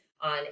on